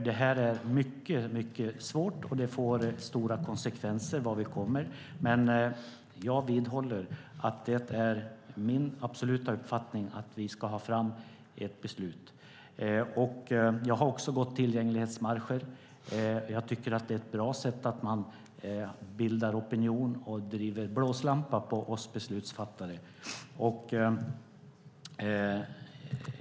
Det här är mycket svårt, och det får stora konsekvenser, men jag vidhåller att det är min absoluta uppfattning att vi ska ha fram ett beslut. Jag har också gått tillgänglighetsmarscher. Jag tycker att det är bra att man bildar opinion och är en blåslampa på oss beslutsfattare.